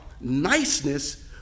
niceness